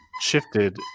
shifted